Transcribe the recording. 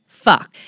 fuck